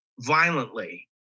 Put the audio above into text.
violently